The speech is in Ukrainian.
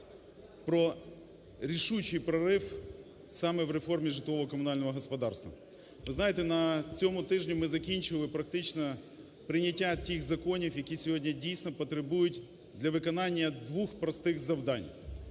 про рішучий прорив саме у реформі житлово-комунального господарства. Ви знаєте, на цьому тижні ми закінчили практично прийняття тих законів, які сьогодні дійсно потребують для виконання двох простих завдань.